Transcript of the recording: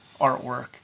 artwork